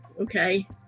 Okay